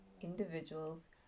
individuals